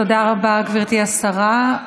תודה רבה, גברתי השרה.